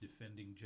Defending